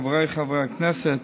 חבריי חברי הכנסת.